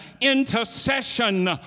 intercession